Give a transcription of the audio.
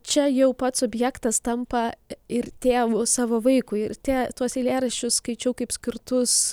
čia jau pats subjektas tampa ir tėvu savo vaikui ir tie tuos eilėraščius skaičiau kaip skirtus